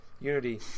Unity